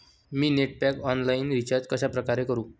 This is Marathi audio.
मी नेट पॅक ऑनलाईन रिचार्ज कशाप्रकारे करु?